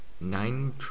nine